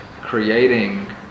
creating